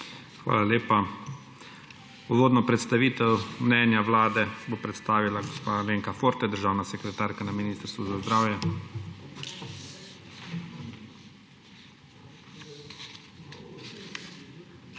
Hvala lepa. Uvodno predstavitev mnenja Vlade bo predstavila gospa Alenka Forte, državna sekretarka na Ministrstvu za zdravje.